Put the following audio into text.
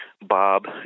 Bob